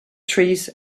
trees